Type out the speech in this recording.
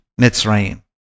Mitzrayim